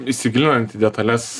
įsigilinant į detales